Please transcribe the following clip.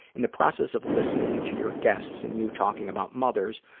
in the process of listening to your guests and you talking about mothers,